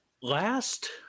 last